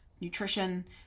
nutrition